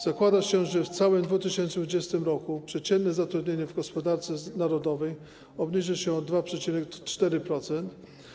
Zakłada się, że w całym 2020 r. przeciętne zatrudnienie w gospodarce narodowej obniży się o 2,4%.